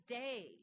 day